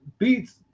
beats